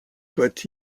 soit